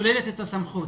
שוללת את הסמכות.